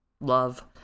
love